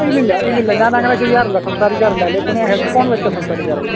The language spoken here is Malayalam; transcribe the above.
ഇല്ലില്ല ഇല്ലില്ല ഞാനങ്ങനെ ചെയ്യാറില്ല സംസാരിക്കാറില്ല അല്ലെ പിന്നെ ഹെഡ് ഫോൺ വെച്ചാ സംസാരിക്കാറുള്ളൂ